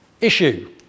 issue